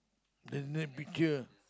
then then be care